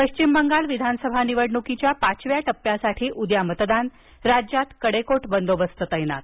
पश्चिम बंगाल विधानसभा निवडणुकीच्या पाचव्या टप्प्यासाठी उद्या मतदान राज्यात कडेकोट बंदोबस्त तैनात